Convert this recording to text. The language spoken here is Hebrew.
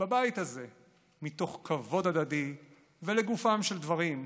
בבית הזה מתוך כבוד הדדי ולגופם של דברים,